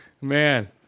Man